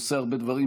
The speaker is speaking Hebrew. עושה הרבה דברים,